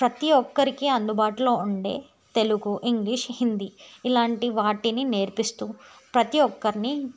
ప్రతి ఒక్కరికి అందుబాటులో ఉండే తెలుగు ఇంగ్లీష్ హిందీ ఇలాంటి వాటిని నేర్పిస్తు ప్రతి ఒక్కరిని